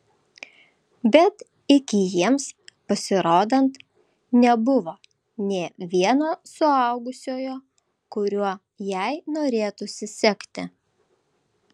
bet iki jiems pasirodant nebuvo nė vieno suaugusiojo kuriuo jai norėtųsi sekti